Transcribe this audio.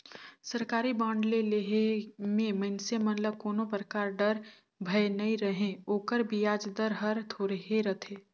सरकारी बांड के लेहे मे मइनसे मन ल कोनो परकार डर, भय नइ रहें ओकर बियाज दर हर थोरहे रथे